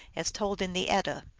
as told in the edda.